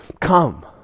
come